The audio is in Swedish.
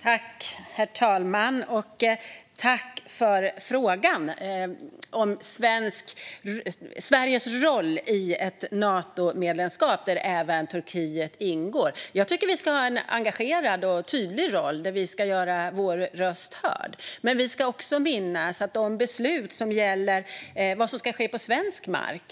Herr talman! Jag tackar för frågan om Sveriges roll i ett Natomedlemskap där även Turkiet ingår. Jag tycker att vi ska ha en engagerad och tydlig roll där vi ska göra vår röst hörd. Men vi ska också minnas att de beslut som gäller vad som ska ske på svensk mark